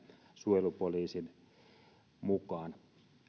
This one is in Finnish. suojelupoliisin mukaan